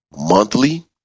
monthly